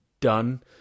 done